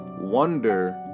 Wonder